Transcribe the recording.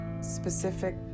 specific